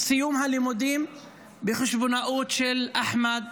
סיום הלימודים בחשבונאות של אחמד